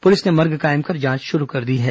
police ने मर्ग कायम कर जांच शुरू कर दी है